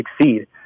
succeed